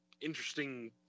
interesting